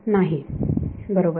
विद्यार्थी नाही बरोबर